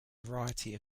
variety